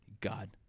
God